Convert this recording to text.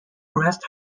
rest